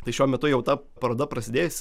tai šiuo metu jau ta paroda prasidėjus